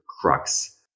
crux